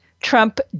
Trump